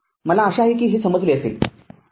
मला आशा आहे की हे समजले असेल